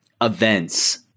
events